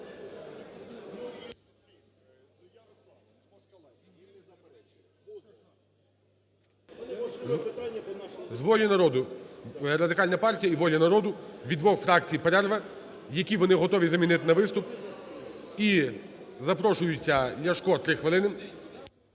З "Волі народу". Радикальна партія і "Воля народу" – від двох фракцій перерва, які вони готові замінити на виступ, і запрошується Ляшко, 3 хвилини.